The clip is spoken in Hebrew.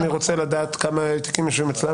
אני לא יודעת כמה זה קורה בפועל,